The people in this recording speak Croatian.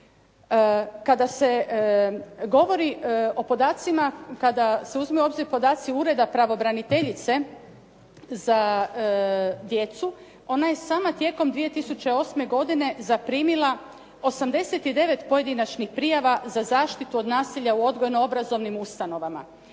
Kada se govori o podacima kada se uzmu u obzir podaci iz Ureda pravobraniteljice za djecu, ona je sama tijekom 2008. godine zaprimila 89 pojedinačnih prijava za zaštitu od nasilja u odgojno obrazovnim ustanovama,